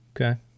Okay